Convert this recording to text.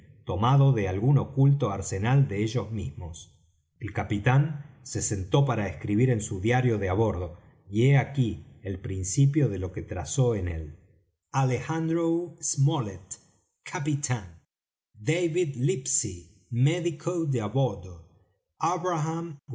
tomado de algún oculto arsenal de ellos mismos el capitán se sentó para escribir en su diario de á bordo y he aquí el principio de lo que trazó en él alejandro smollet capitán david livesey médico de